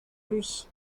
lui